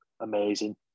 amazing